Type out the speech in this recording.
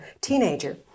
teenager